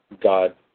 God